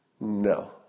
No